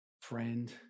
Friend